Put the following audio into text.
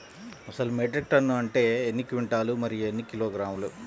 అసలు metric tonne అంటే ఎన్ని క్వింటాలు మరియు ఎన్ని కిలోగ్రాములు?